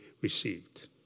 received